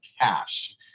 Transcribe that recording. cash